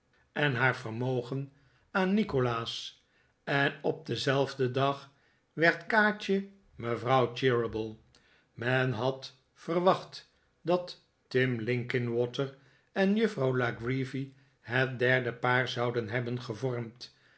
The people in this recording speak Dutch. en haar vermogen aan nikolaas en op denzelfden dag werd kaatje mevrouw cheeryble men had verwacht dat tim linkinwater en juffrouw la creevy het derde paar zouden hebben gevormd